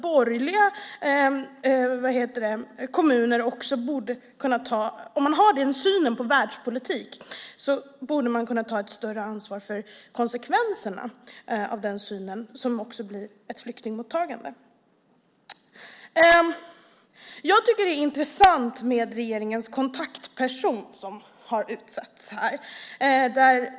Borgerliga kommuner borde, om man har den synen på världspolitik, kunna ta ett större ansvar för konsekvenserna - flyktingmottagandet. Jag tycker att det är intressant med regeringens kontaktperson som har utsetts här.